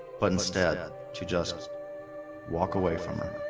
but instead she just walk away from her